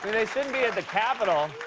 they shouldn't be at the capitol.